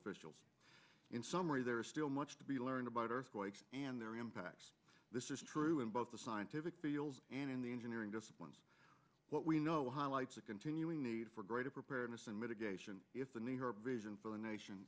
officials in summary there is still much to be learned about earthquakes and their impacts this is true in both the scientific deals and in the engineering disciplines what we know highlights a continuing need for greater preparedness and mitigation if the new her vision for the nation